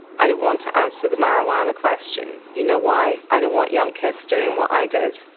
i don't want to answer the marijuana question. you know why? i don't want young kids doing what i did